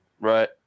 right